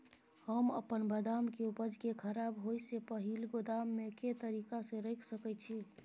हम अपन बदाम के उपज के खराब होय से पहिल गोदाम में के तरीका से रैख सके छी?